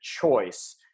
choice